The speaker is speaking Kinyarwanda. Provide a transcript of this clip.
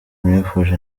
nifuje